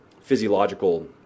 physiological